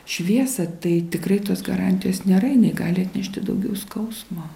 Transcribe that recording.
šviesą tai tikrai tos garantijos nėra jinai gali atnešti daugiau skausmo